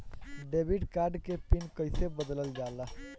Debit card के pin कईसे बदलल जाला?